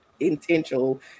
intentional